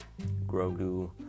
Grogu